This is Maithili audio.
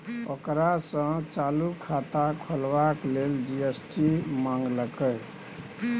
ओकरा सँ चालू खाता खोलबाक लेल जी.एस.टी मंगलकै